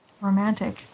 romantic